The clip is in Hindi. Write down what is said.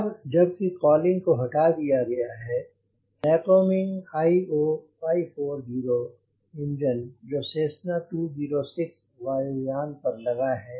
अब जबकि कॉलिंग हटा दिया गया है यह है लयकोमिंग IO 540 इंजन जो सेस्सना 206 वायुयान पर लगा है